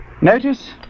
Notice